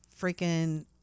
freaking